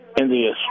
India